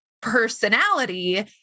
personality